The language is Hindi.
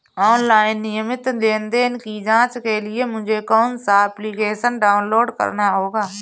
ऑनलाइन नियमित लेनदेन की जांच के लिए मुझे कौनसा एप्लिकेशन डाउनलोड करना होगा?